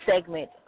segment